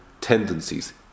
tendencies